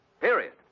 Period